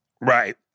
right